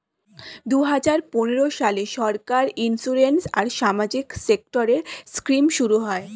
দুই হাজার পনেরো সালে সরকার ইন্সিওরেন্স আর সামাজিক সেক্টরের স্কিম শুরু করে